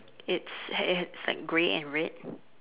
it's it's like grey and red